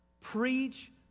Preach